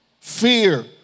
Fear